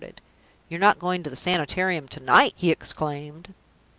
you are not going to the sanitarium to-night! he exclaimed.